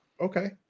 Okay